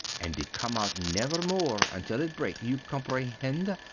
and it come out nevermore until it break, you comprehend?